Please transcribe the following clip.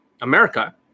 America